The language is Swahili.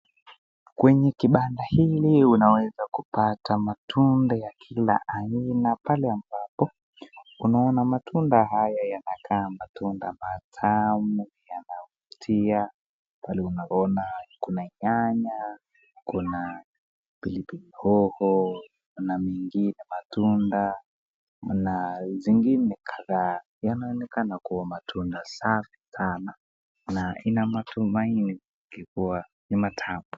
Kwenye kibanda hili unaweza kupata matunda ya kila aina pale ambapo unaona matunda hayo yanakaa matunda matamu yanavutia pale unaona kuna nyanya, kuna pilipili hoho, kuna mengine matunda, kuna zingine kadhaa yanaonekana kuwa matunda safi sana na nina matumaini kuwa ni matamu.